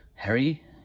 Harry